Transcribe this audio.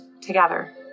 together